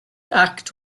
act